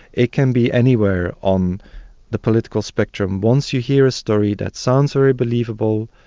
it can be anywhere on the political spectrum. once you hear a story that sounds very believable,